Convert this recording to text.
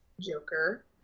Joker